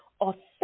authentic